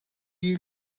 you